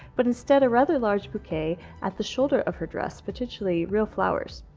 but instead a rather large bouquet at the shoulder of her dress, potentially real flowers.